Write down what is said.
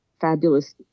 fabulous